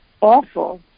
awful